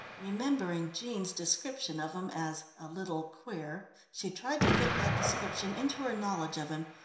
remembering jean's description of him as a little queer she tried to fit that description into her knowledge of him,